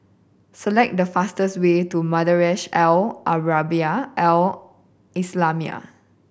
select the fastest way to Madrasah Al Arabiah Al Islamiah